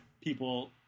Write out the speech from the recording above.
people